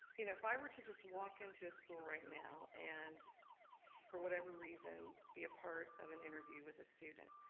you know if i were to just walk into a school right now and for whatever reason, be a part of an interview with a student,